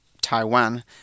Taiwan